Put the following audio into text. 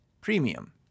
premium